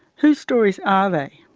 whose stories are they?